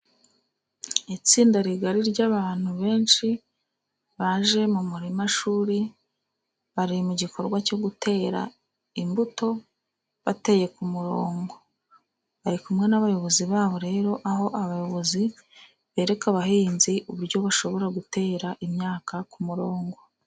Itsinda rigari ry'abantu benshi, baje mu murimashuri, bari mu gikorwa cyo gutera imbuto, bateye ku murongo. Bari kumwe n'abayobozi babo, rero aho abayobozi bereka abahinzi, uburyo bashobora gutera imyaka ku murongo.